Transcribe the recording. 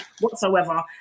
whatsoever